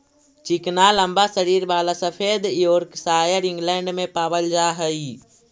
चिकना लम्बा शरीर वाला सफेद योर्कशायर इंग्लैण्ड में पावल जा हई